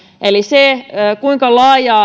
eli se kuinka laaja